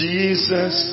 Jesus